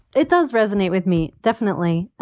it does resonate with me. definitely.